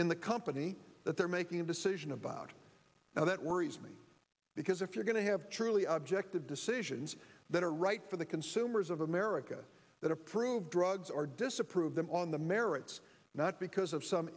in the company that they're making a decision about now that worries me because if you're going to have truly objective decisions that are right for the consumers of america that approve drugs or disapprove them on the merits not because of some